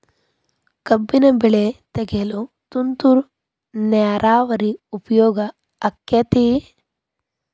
ಕಬ್ಬಿನ ಬೆಳೆ ತೆಗೆಯಲು ತುಂತುರು ನೇರಾವರಿ ಉಪಯೋಗ ಆಕ್ಕೆತ್ತಿ?